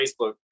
Facebook